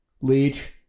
Leech